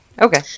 Okay